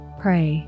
pray